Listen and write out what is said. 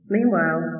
Meanwhile